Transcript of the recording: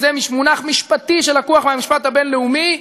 שזה מונח משפטי שלקוח מהמשפט הבין-לאומי,